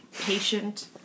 patient